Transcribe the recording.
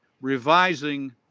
revising